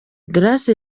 grace